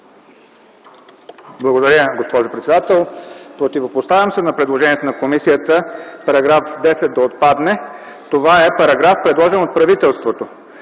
Благодаря, госпожо председател. Противопоставям се на предложението на комисията § 10 да отпадне. Това е параграф предложен от правителството.